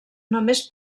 només